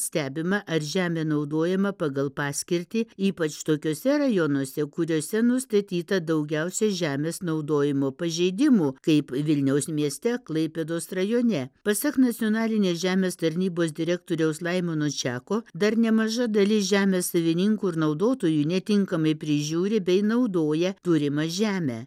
stebima ar žemė naudojama pagal paskirtį ypač tokiuose rajonuose kuriuose nustatyta daugiausiai žemės naudojimo pažeidimų kaip vilniaus mieste klaipėdos rajone pasak nacionalinės žemės tarnybos direktoriaus laimono čiako dar nemaža dalis žemės savininkų ir naudotojų netinkamai prižiūri bei naudoja turimą žemę